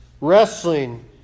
wrestling